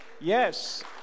Yes